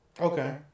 Okay